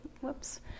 whoops